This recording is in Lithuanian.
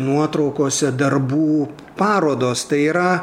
nuotraukose darbų parodos tai yra